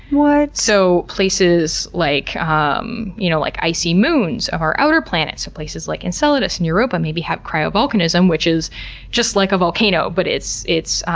what. so, places like um you know like icy moons, or outer planets, places like enceladus and europa maybe have cryovolcanism, which is just like a volcano but it's it's